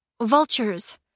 vultures